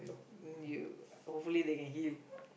um you hopefully they can heal